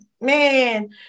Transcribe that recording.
man